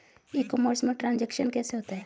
ई commerce में transaction कैसे होता है?